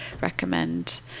recommend